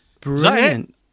Brilliant